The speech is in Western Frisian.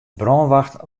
brânwacht